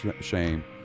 shame